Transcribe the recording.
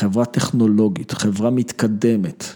‫חברה טכנולוגית, חברה מתקדמת.